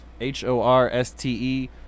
h-o-r-s-t-e